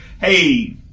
Hey